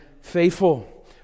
faithful